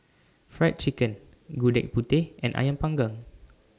Fried Chicken Gudeg Putih and Ayam Panggang